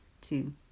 two